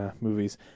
movies